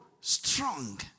strong